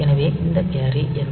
எனவே இந்த carry M